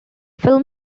film